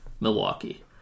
Milwaukee